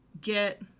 get